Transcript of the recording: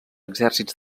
exèrcits